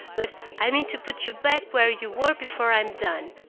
but i mean to put you back where you were before i'm done.